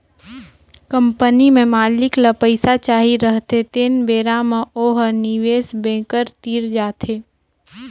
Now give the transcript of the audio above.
company में मालिक ल पइसा चाही रहथें तेन बेरा म ओ ह निवेस बेंकर तीर जाथे